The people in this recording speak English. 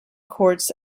courts